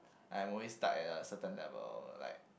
I am always stuck at a certain level like